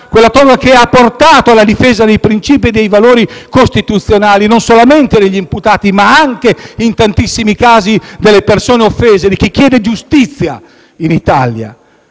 quella toga che ha portato alla difesa dei principi e dei valori costituzionali, non solamente degli imputati, ma in tantissimi casi anche delle persone offese, di chi chiede giustizia in Italia.